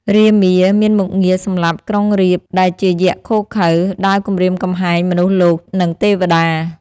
រាមា មានមុខងារសម្លាប់ក្រុងរាពណ៍ ដែលជាយក្សឃោរឃៅ ដើរគំរាមគំហែងមនុស្សលោក និងទេវតា។